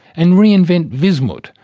and re-invent wismut,